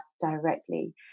directly